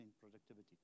productivity